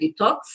detox